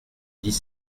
dix